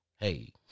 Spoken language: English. Hey